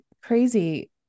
crazy